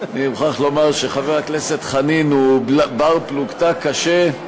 אני מוכרח לומר שחבר הכנסת חנין הוא בר-פלוגתא קשה,